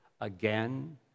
again